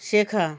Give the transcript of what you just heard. শেখা